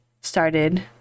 started